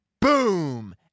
Boom